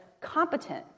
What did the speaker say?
competent